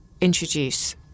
introduce